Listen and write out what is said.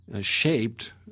shaped